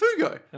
Fugo